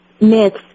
myths